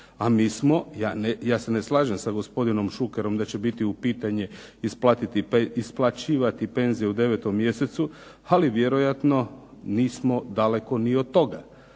A mi smo, ja se ne slažem sa gospodinom Šukerom da će biti u pitanju isplaćivati penzije u 9. mjesecu, ali vjerojatno nismo daleko ni od toga.